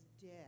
dead